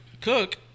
cook